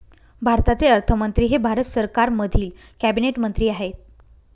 भारताचे अर्थमंत्री हे भारत सरकारमधील कॅबिनेट मंत्री आहेत